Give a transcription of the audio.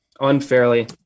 Unfairly